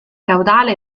caudale